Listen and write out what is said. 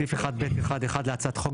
סעיף 1(ב1)(1) להצעת החוק,